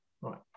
right